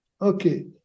okay